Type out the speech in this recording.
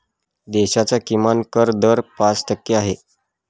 देशाचा किमान कर दर पाच टक्के आहे